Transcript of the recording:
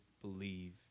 believe